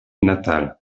natale